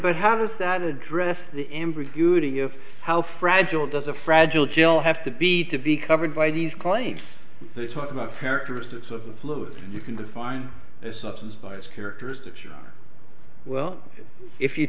but how does that address the ambiguity of how fragile does a fragile gel have to be to be covered by these claims they talk about characteristics of a fluid and you can define a substance by its characteristics you know well if you